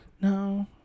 No